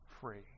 free